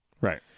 right